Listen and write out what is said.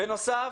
בנוסף,